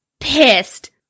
Pissed